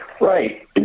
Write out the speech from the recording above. Right